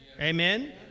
Amen